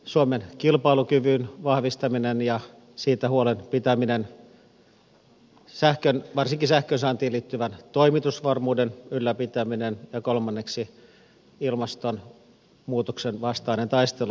suomen kilpailukyvyn vahvistaminen ja siitä huolen pitäminen varsinkin sähkön saantiin liittyvän toimitusvarmuuden ylläpitäminen ja kolmanneksi ilmastonmuutoksen vastainen taistelu